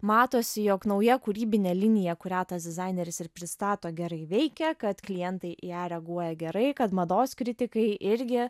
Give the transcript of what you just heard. matosi jog nauja kūrybinė linija kurią tas dizaineris ir pristato gerai veikia kad klientai į ją reaguoja gerai kad mados kritikai irgi